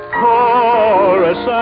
chorus